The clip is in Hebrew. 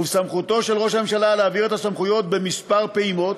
ובסמכותו של ראש הממשלה להעביר את הסמכויות בכמה פעימות,